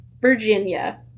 Virginia